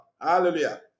Hallelujah